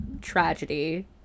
tragedy